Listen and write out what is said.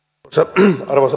arvoisa puhemies